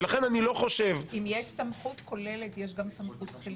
אם יש סמכות כוללת, יש גם סמכות חלקית.